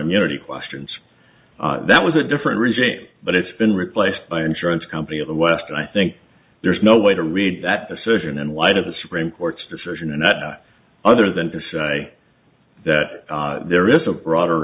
immunity questions that was a different regime but it's been replaced by insurance company of the west and i think there's no way to read that decision in light of the supreme court's decision and that other than to say that there is a broader